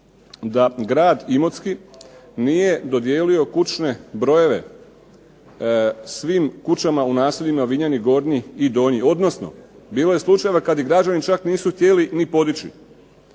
da grad Imotski nije dodijelio kućne brojeve svim kućama u naseljima Vinjani Gornji i Donji, odnosno bilo je slučajeva kad ih građani čak nisu htjeli ni podići.